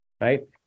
Right